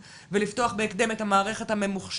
שהובטחו למעונות בעקבות שביתת המעונות בחודש